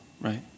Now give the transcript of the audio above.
right